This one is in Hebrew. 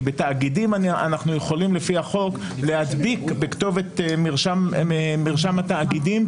כי בתאגידים אנחנו יכולים לפי החוק להדביק בכתובת מרשם התאגידים,